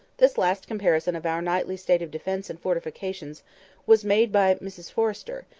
this last comparison of our nightly state of defence and fortification was made by mrs forrester,